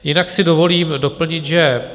Jinak si dovolím doplnit, že